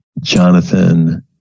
Jonathan